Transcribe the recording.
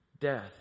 death